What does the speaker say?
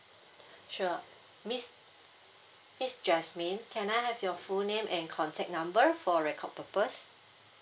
sure miss miss jasmine can I have your full name and contact number for record purpose